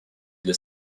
для